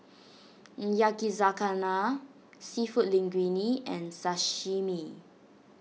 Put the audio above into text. Yakizakana Seafood Linguine and Sashimi